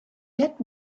get